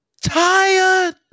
tired